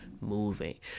moving